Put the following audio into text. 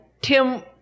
Tim